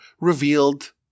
revealed